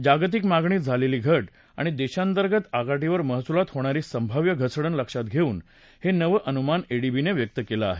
जागतिक मागणीत झालेली घट आणि देशांतर्गत आघाडीवर महसूलात होणारी संभाव्य घसरण लक्षात घेऊन हे नवं अनुमान एडीबीनं व्यक्त केलं आहे